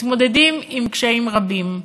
מתמודדים עם קשיים רבים: